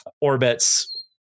orbits